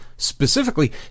Specifically